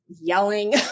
yelling